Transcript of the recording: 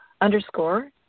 underscore